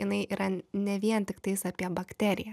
jinai yra ne vien tiktais apie bakteriją